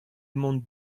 mont